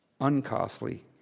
uncostly